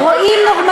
החוק